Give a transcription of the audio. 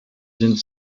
sind